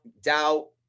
doubt